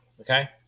Okay